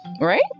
Right